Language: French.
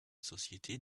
société